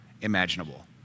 imaginable